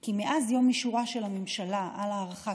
כי מאז יום אישורה של הממשלה את הארכת